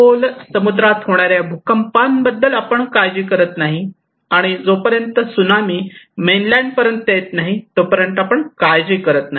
खोल समुद्रात होणाऱ्या भुकंपा बद्दल आणि जोपर्यंत सुनामी मेन लँड पर्यंत येत नाही तोपर्यंत आपण काळजी करत नाही